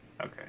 Okay